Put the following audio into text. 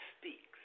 speaks